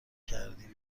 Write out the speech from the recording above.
کردیم